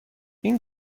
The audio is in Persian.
این